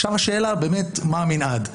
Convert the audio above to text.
עכשיו השאלה באמת מה המנעד.